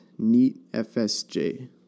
NEATFSJ